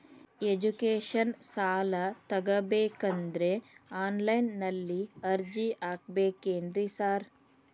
Education ಸಾಲ ತಗಬೇಕಂದ್ರೆ online ನಲ್ಲಿ ಅರ್ಜಿ ಹಾಕ್ಬೇಕೇನ್ರಿ ಸಾರ್?